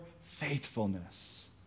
faithfulness